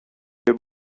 بونم